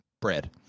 bread